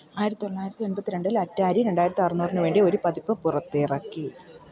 ആയിരത്തൊള്ളായിരത്തി എണ്പത്തിരണ്ടിൽ അറ്റാരി രണ്ടായിരത്തറുനൂറിനുവേണ്ടി ഒരു പതിപ്പു പുറത്തിറക്കി